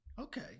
Okay